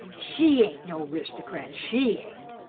she aint no ristocrat, she aint!